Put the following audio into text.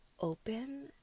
open